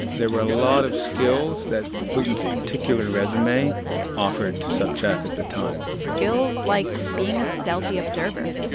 there were a lot of skills that putin's particular resume offered to sobchak at the time skills like being a stealthy observer,